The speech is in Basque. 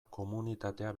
komunitatea